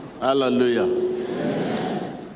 Hallelujah